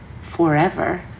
forever